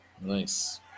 Nice